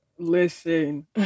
Listen